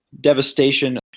devastation